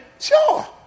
sure